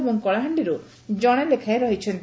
ଏବଂ କଳାହାଣ୍ଡିର୍ ଜଣେ ଲେଖାଏଁ ରହିଛନ୍ତି